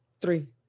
Three